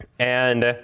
and